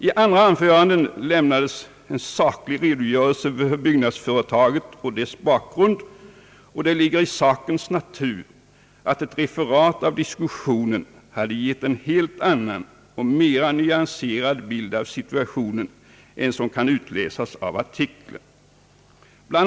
I andra anföranden lämnades en saklig redogörelse för byggnadsföretaget och dess bakgrund, och det ligger i sakens natur att ett referat av diskussionen hade gett en helt annan och mera nyanserad bild av situationen än som kan utläsas av artikeln. Bl.